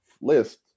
list